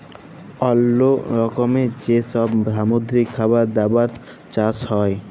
অল্লো রকমের যে সব সামুদ্রিক খাবার দাবার চাষ হ্যয়